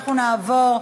אנחנו נעבור,